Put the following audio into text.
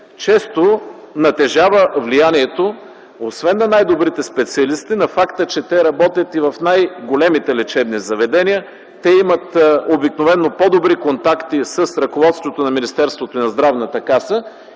често натежава влиянието освен на най-добрите специалисти, и на факта, че те работят в най-големите лечебни заведения, обикновено имат по-добри контакти с ръководствата на министерството и на Здравната каса